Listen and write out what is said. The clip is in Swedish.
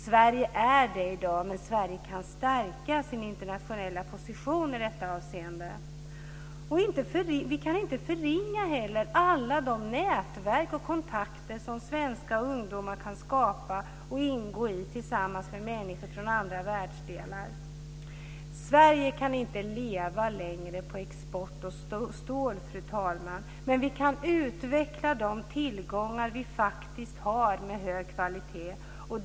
Sverige är detta redan i dag, men Sverige kan stärka sin internationella position i detta avseende. Vi kan inte heller förringa alla de nätverk och kontakter som svenska ungdomar kan skapa och ingå i tillsammans med människor från andra världsdelar. Sverige kan inte längre leva på export av stål, fru talman. Men vi kan utveckla de tillgångar av hög kvalitet som vi faktiskt har.